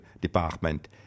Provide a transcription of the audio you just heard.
department